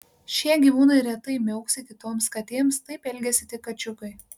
šie gyvūnai retai miauksi kitoms katėms taip elgiasi tik kačiukai